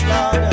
Lord